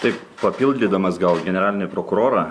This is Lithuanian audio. taip papildydamas gal generalinį prokurorą